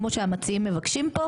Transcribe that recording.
כמו שהמציעים מבקשים פה.